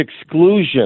exclusion